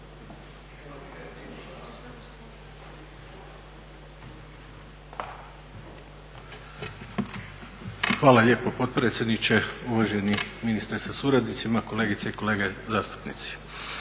Hvala lijepo potpredsjedniče, uvaženi ministre sa suradnicima, kolegice i kolege zastupnici.